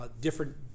Different